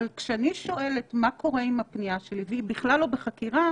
אבל כשאני שואלת מה קורה עם הפנייה שלי והיא בכלל לא בחקירה,